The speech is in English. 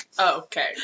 Okay